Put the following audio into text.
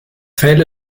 fell